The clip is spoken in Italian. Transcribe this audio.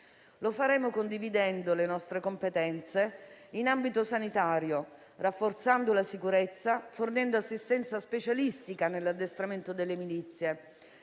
Faremo ciò condividendo le nostre competenze in ambito sanitario, rafforzando la sicurezza, fornendo assistenza specialistica nell'addestramento delle milizie,